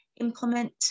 implement